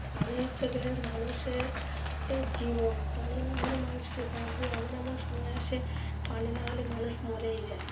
পানি হচ্ছে গিয়ে মানুষের হচ্ছে জীবন পানি না হলে মানুষ কি বাঁচবে এমন এমন সময় আসে পানি না হলে মানুষ মরেই যায়